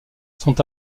sont